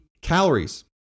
calories